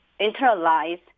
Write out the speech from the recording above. internalize